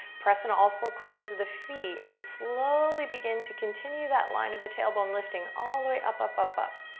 press in all four corners of the feet and slowly begin to continue that line of the tailbone, lifting all the way up, up, up, up.